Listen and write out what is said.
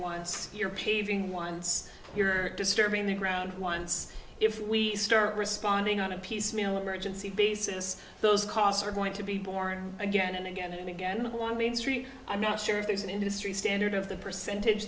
once you're paving once you're disturbing the ground once if we start responding on a piecemeal emergency basis those costs are going to be born again and again and again i want to be in st i'm not sure if there's an industry standard of the percentage